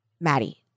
Maddie